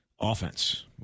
Offense